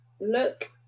look